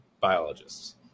biologists